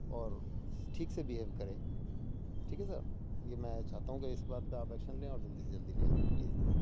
اور ٹھیک سے بیہیو کرے ٹھیک ہے سر کیوںکہ میں چاہتا ہوں کہ اس بات پہ آپ ایکشن لیں اور جلدی سے جلدی لیں پلیز